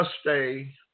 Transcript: stay